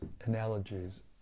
analogies